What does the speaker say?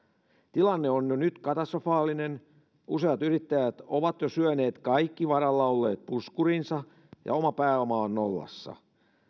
tilanne on jo nyt katastrofaalinen useat yrittäjät ovat jo syöneet kaikki varalla olleet puskurinsa ja oma pääoma on nollassa